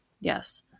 yes